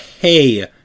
hey